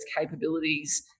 capabilities